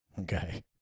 Okay